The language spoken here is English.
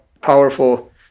powerful